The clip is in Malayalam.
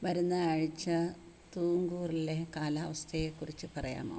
വരുന്ന ആഴ്ച തുംകൂറിലെ കാലാവസ്ഥയെ കുറിച്ച് പറയാമോ